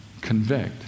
convict